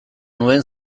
nuen